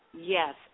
Yes